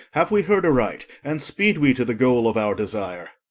have we heard aright, and speed we to the goal of our desire?